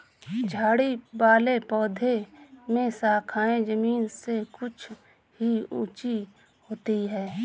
झाड़ी वाले पौधों में शाखाएँ जमीन से कुछ ही ऊँची होती है